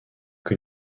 que